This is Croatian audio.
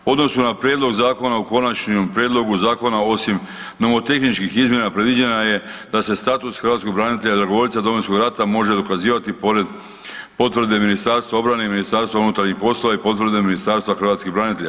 U odnosu na prijedlog zakona u konačnom prijedlogu zakona osim nomotehničkih izmjena predviđeno je da se status hrvatskog branitelja dragovoljca Domovinskog rata može dokazivati pored potvrde Ministarstva obrane i MUP-a i potvrde Ministarstva hrvatskih branitelja.